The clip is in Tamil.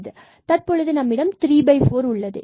தற்பொழுது நம்மிடம் ¾ உள்ளது